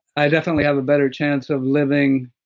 i definitely have a better chance of living